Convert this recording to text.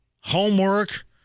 homework